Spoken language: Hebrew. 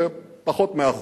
זה פחות מ-1%.